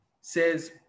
says